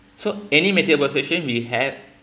so any material possession we have